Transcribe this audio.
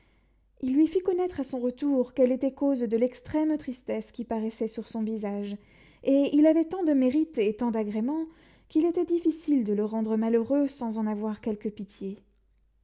il lui fit connaître à son retour qu'elle était cause de l'extrême tristesse qui paraissait sur son visage et il avait tant de mérite et tant d'agréments qu'il était difficile de le rendre malheureux sans en avoir quelque pitié